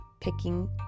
picking